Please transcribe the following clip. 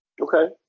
Okay